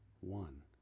one